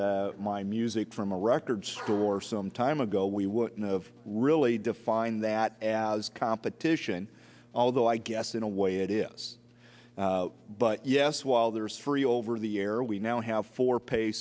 bought my music from a record store some time ago we wouldn't of really define that as competition although i guess in a way it is but yes while there is free over the air we now have for pay